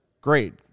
great